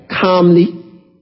Calmly